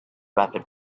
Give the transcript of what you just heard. wrapper